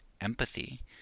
empathy